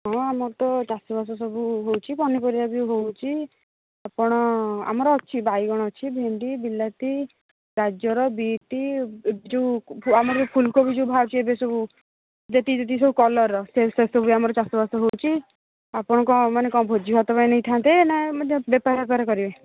ହଁ ଆମର ତ ଚାଷ ବାସ ସବୁ ହେଉଛି ପନିପରିବା ବି ହେଉଛି ଆପଣ ଆମର ଅଛି ବାଇଗଣ ଅଛି ଭେଣ୍ଡି ବିଲାତି ଗାଜର ବିଟ ଯୋଉ ଆମର ଫୁଲ କୋବି ବାହାରୁଛି ଏବେ ସବୁ ଯେତିକି ଯେତିକି ସବୁ କଲର୍ର ସେ ସବୁରେ ଆମର ଚାଷ ବାସ ହେଉଛି ଆପଣ କ'ଣ ମାନେ କ'ଣ ଭୋଜି ଭାତ ପାଇଁ ନେଇଥାନ୍ତେ ନା ଏମିତି ବେପାର ଫେପାର କରିବେ